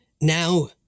Now